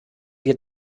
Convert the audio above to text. wir